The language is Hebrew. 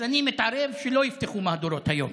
אז אני מתערב שלא יפתחו מהדורות היום.